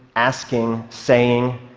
asking, saying